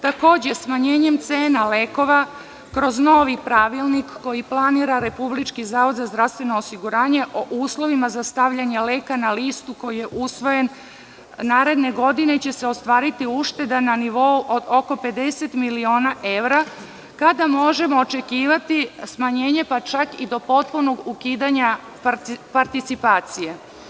Takođe, smanjenjem cena lekova, kroz novi pravilnik koji planira Republički zavod za zdravstveno osiguranje o uslovima za stavljanje leka na listu koji je usvojen, naredne godine će se ostvariti ušteda na nivou od oko 50 miliona evra kada možemo očekivati smanjenje, pa čak i potpuno ukidanje participacije.